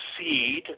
seed